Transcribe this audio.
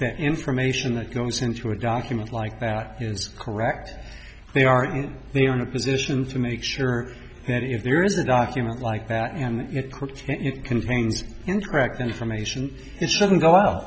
that information that goes into a document like that is correct they are they are in a position to make sure that if there is a document like that and pretend it contains incorrect information it shouldn't go out